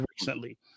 recently